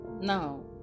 Now